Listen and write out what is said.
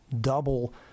double